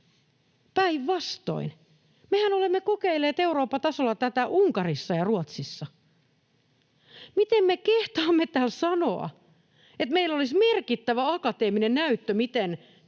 Päinvastoin, mehän olemme kokeilleet Euroopan tasolla tätä Unkarissa ja Ruotsissa. Miten me kehtaamme täällä sanoa, että meillä olisi merkittävä akateeminen näyttö siitä, miten